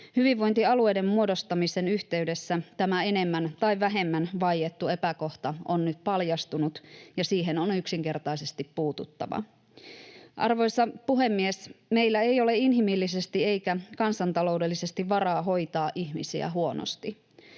Hyvinvointialueiden muodostamisen yhteydessä tämä enemmän tai vähemmän vaiettu epäkohta on nyt paljastunut, ja siihen on yksinkertaisesti puututtava. Arvoisa puhemies! Meillä ei ole inhimillisesti eikä kansantaloudellisesti varaa hoitaa ihmisiä huonosti.